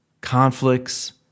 conflicts